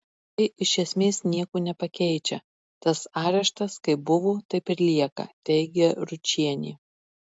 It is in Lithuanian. tai iš esmės nieko nepakeičia tas areštas kaip buvo taip ir lieka teigia ručienė